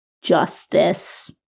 Justice